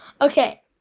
Okay